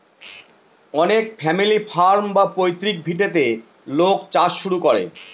অনেক family farm বা পৈতৃক ভিটেতে লোক চাষ শুরু করে